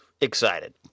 Excited